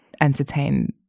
entertain